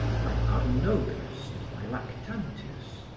by arnobius and by lactantius.